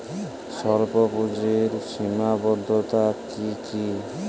স্বল্পপুঁজির সীমাবদ্ধতা কী কী?